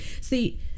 see